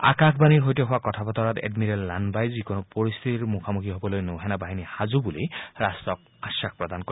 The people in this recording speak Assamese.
আকাশবাণীৰ সৈতে হোৱা কথা বতৰাত এডমিৰেল লানবাই যিকোনো পৰিস্থিতিৰ মুখামুখী হবলৈ নৌ সেনা বাহিনী সাজু বুলি ৰাট্টক আশ্বাস প্ৰদান কৰে